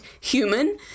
human